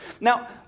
Now